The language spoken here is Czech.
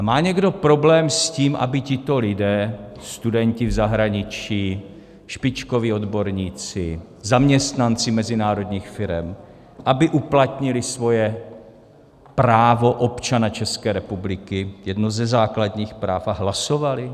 Má někdo problém s tím, aby tito lidé, studenti v zahraničí, špičkoví odborníci, zaměstnanci mezinárodních firem uplatnili svoje právo občana České republiky, jedno ze základních práv, a hlasovali?